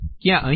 ક્યાં અહિયાં